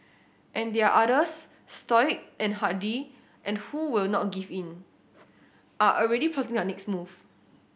and there are others stoic and hardy and who will not give in are already plotting their next move